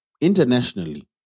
internationally